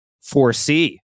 foresee